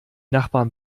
nachbarn